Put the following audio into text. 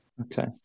Okay